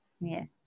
yes